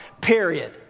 period